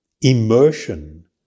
immersion